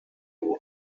would